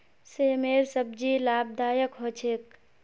सेमेर सब्जी लाभदायक ह छेक